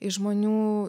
iš žmonių